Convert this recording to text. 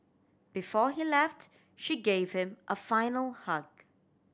before he left she gave him a final hug